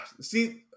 See